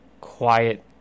quiet